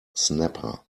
snapper